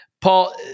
Paul